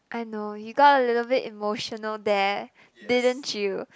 I know you got a little bit emotional there didn't you